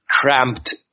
cramped